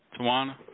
Tawana